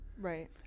Right